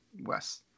Wes